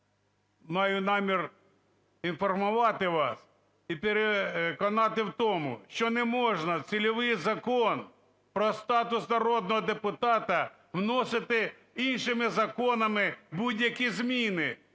маю намір інформувати вас і переконати в тому, що не можна в цільовий Закон про статус народного депутата вносити іншими законами будь-які зміни.